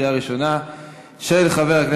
הצעת החוק התקבלה בקריאה ראשונה ותועבר לוועדת הפנים